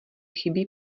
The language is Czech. chybí